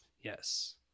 Yes